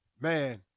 Man